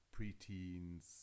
preteens